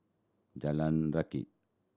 Jalan Rakit